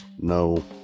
no